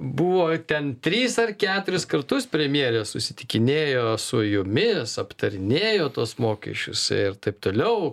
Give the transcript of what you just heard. buvo ten tris ar keturis kartus premjerė susitikinėjo su jumis aptarinėjo tuos mokesčius ir taip toliau